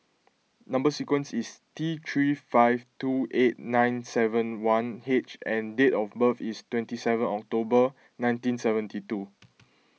Number Sequence is T three five two eight nine seven one H and date of birth is twenty seven October nineteen seventy two